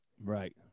Right